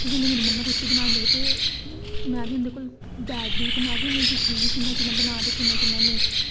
ते जेल्लै मेरी मम्मा रुट्टी बनांदे हे ते में बी उंदे कन्नै बैठदी ही ते उनेंगी दिक्खदी ही ते कियां कियां बना दे ते कियां कियां नेईं